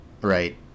Right